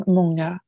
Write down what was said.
många